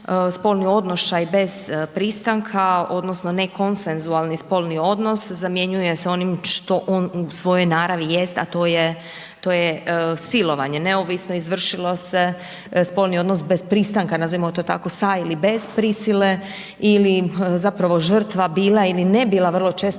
spolni odnošaj bez pristanka odnosno nekonsenzualni spolni odnos zamjenjuje sa onim što on u svojoj naravi jest, a to je, to je silovanje, neovisno izvršilo se spolni odnos bez pristanka, nazovimo to tako sa ili bez prisile ili zapravo žrtva bila ili ne bila vrlo često